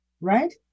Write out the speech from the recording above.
right